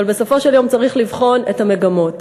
אבל בסופו של יום צריך לבחון את המגמות.